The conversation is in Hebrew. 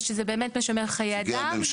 ושזה באמת משמר חיי אדם,